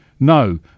No